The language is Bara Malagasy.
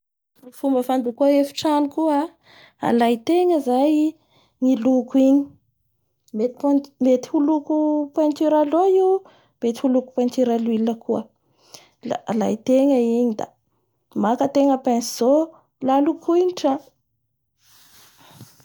Ny fomba fandokoa efitrano koa a, alaitegna zay i loko igny, loko-mety ho loko p peinture a l'eau io mety ho loko << peiture a l'ghuille koa.